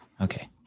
Okay